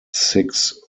six